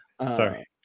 Sorry